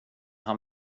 han